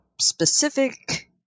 specific